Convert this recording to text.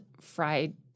Fried